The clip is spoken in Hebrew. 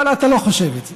אבל אתה לא חושב את זה,